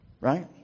Right